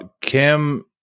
Kim